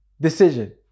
decision